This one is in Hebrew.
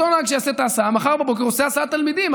אותו נהג שיעשה את ההסעה עושה מחר בבוקר הסעת תלמידים.